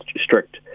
strict